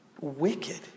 wicked